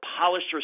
polished